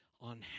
on